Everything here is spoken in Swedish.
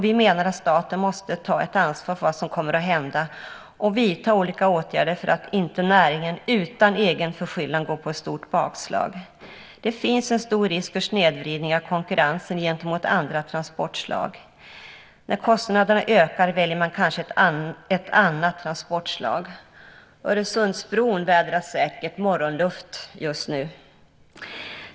Vi menar att staten måste ta ett ansvar för vad som kommer att hända och vidta olika åtgärder för att inte näringen utan egen förskyllan går på ett stort bakslag. Det finns en stor risk för snedvridning av konkurrensen gentemot andra transportslag. När kostnaderna ökar väljer man kanske ett annat transportslag. Öresundsbron vädrar säkert morgonluft just nu.